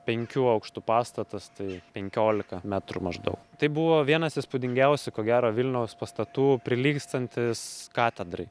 penkių aukštų pastatas tai penkiolika metrų maždaug tai buvo vienas įspūdingiausių ko gero vilniaus pastatų prilygstantis katedrai